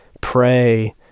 pray